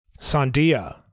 Sandia